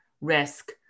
risk